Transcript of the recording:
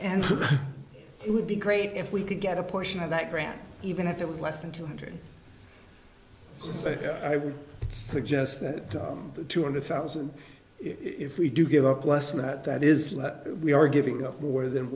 and it would be great if we could get a portion of that grant even if it was less than two hundred i would suggest that the two hundred thousand if we do give up less than that that is that we are giving up more than